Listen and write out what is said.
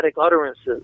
utterances